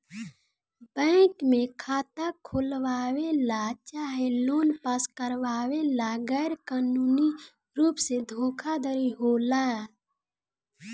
bank में खाता खोलवावे ला चाहे लोन पास करावे ला गैर कानूनी रुप से धोखाधड़ी होला